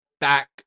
back